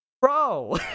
Bro